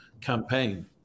campaign